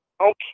Okay